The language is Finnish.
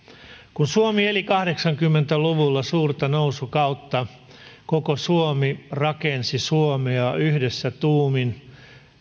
kun suomi eli kahdeksankymmentä luvulla suurta nousukautta koko suomi rakensi suomea yhdessä tuumin